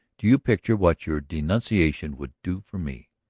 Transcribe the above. do you picture what your denunciation would do for me?